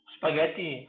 Spaghetti